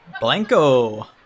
Blanco